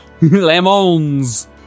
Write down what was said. Lemons